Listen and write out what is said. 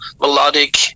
melodic